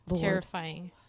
Terrifying